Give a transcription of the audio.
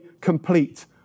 complete